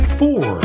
four